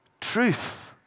truth